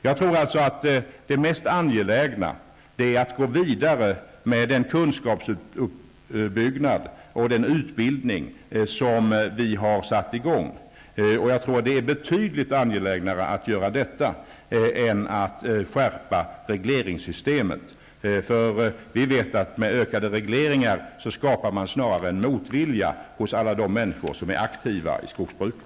Jag tror alltså att det mest angelägna är att gå vidare med den kunskapsuppbyggnad och den utbildning som vi har satt i gång. Det är betydligt angelägnare att göra detta än att skärpa regleringssystemet. Vi vet att med ökade regleringar skapar man snarare en motvilja hos alla de människor som är aktiva i skogsbruket.